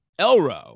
Elro